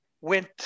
went –